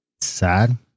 Sad